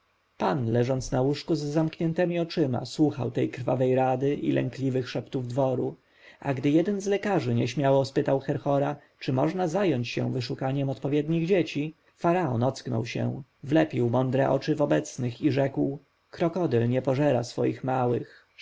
leżąc na łóżku z zamkniętemi oczyma słuchał tej krwawej rady i lękliwych szeptów dworu a gdy jeden z lekarzy nieśmiało spytał herhora czy można zająć się wyszukaniem odpowiednich dzieci faraon ocknął się wlepił mądre oczy w obecnych i rzekł krokodyl nie pożera swoich małych